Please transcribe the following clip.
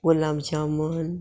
gulab jamun